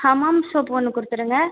Hamam soap ஒன்று கொடுத்துருங்க